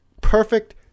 perfect